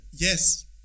yes